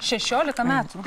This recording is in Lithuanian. šešioliką metų